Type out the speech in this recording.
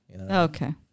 Okay